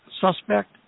suspect